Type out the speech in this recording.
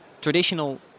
traditional